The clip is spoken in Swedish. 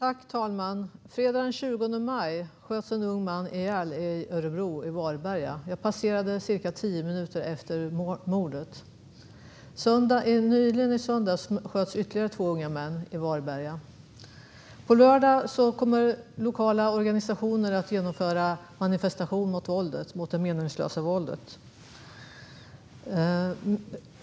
Fru talman! Fredagen den 20 maj sköts en ung man ihjäl i Varberga i Örebro. Jag passerade platsen cirka tio minuter efter mordet. I söndags sköts ytterligare två unga män i Varberga. På lördag kommer lokala organisationer att genomföra en manifestation mot det meningslösa våldet.